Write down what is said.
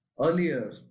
Earlier